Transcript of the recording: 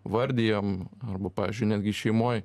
vardijam arba pavyzdžiui netgi šeimoj